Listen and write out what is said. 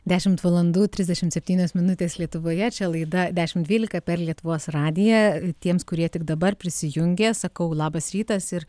dešimt valandų trisdešimt septynios minutės lietuvoje čia laida dešimt dvylika per lietuvos radiją tiems kurie tik dabar prisijungė sakau labas rytas ir